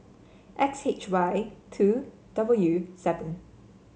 X H Y two W seven